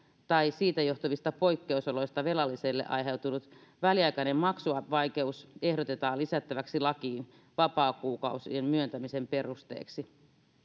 tai siitä johtuvista poikkeusoloista velalliselle aiheutunut väliaikainen maksuvaikeus ehdotetaan lisättäväksi lakiin vapaakuukausien myöntämisen perusteeksi